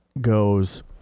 goes